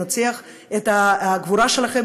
ננציח את הגבורה שלכם,